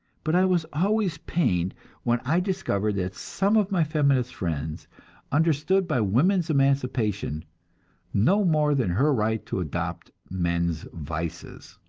but i was always pained when i discovered that some of my feminist friends understood by woman's emancipation no more than her right to adopt men's vices.